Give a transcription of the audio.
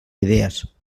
idees